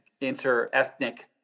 inter-ethnic